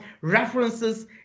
references